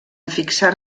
fixar